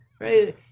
Right